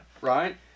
Right